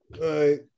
right